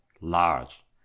large